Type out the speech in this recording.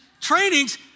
trainings